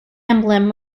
emblem